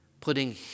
putting